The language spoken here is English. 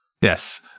Yes